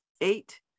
eight